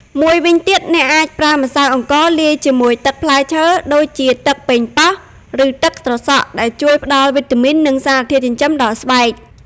មួយវិញទៀត អ្នកអាចប្រើម្សៅអង្ករលាយជាមួយទឹកផ្លែឈើ ដូចជាទឹកប៉េងប៉ោះ ឬទឹកត្រសក់ ដែលជួយផ្ដល់វីតាមីន និងសារធាតុចិញ្ចឹមដល់ស្បែក។